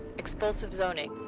expulsive zoning,